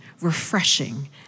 refreshing